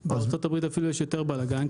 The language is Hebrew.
בארה"ב אפילו יש יותר בלגן,